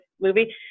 movie